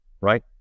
right